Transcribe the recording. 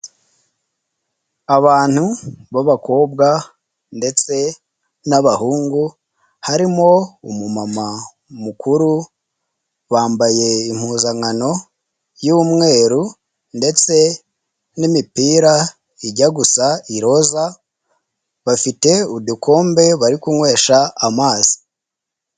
Abantu b'abakobwa ndetse n'abahungu, harimo umumama mukuru, bambaye impuzankano y'umweru ndetse n'imipira ijya gusa iroza, bafite udukombe bari kunywesha amazi.